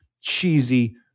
cheesy